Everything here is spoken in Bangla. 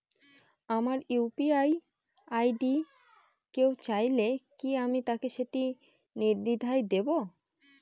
আমার ইউ.পি.আই আই.ডি কেউ চাইলে কি আমি তাকে সেটি নির্দ্বিধায় দেব?